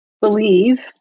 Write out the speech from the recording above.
believe